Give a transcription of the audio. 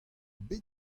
bet